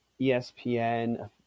ESPN